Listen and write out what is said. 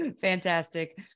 Fantastic